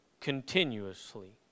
continuously